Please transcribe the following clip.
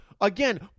Again